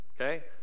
Okay